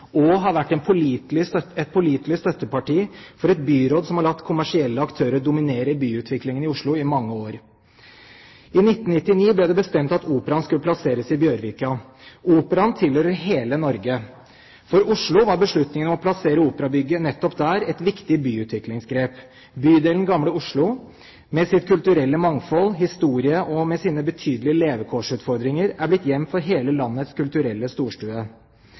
og har vært et pålitelig støtteparti for et byråd som har latt kommersielle aktører dominere byutviklingen i Oslo i mange år. I 1999 ble det bestemt at Operaen skulle plasseres i Bjørvika. Operaen tilhører hele Norge. For Oslo var beslutningen om å plassere operabygget nettopp der et viktig byutviklingsgrep. Bydelen Gamle Oslo med sitt kulturelle mangfold, med sin historie og med sine betydelige levekårsutfordringer er blitt hjem for hele landets kulturelle storstue.